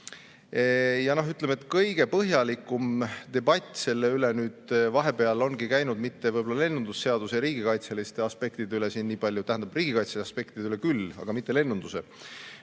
Ja ütleme, et kõige põhjalikum debatt selle üle vahepeal ongi käinud mitte lennundusseaduse riigikaitseliste aspektide üle siin nii palju – tähendab riigikaitse aspektide üle küll, aga mitte lennunduses